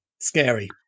Scary